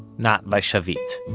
not by shavit,